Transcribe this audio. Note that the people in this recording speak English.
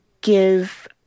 give